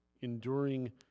enduring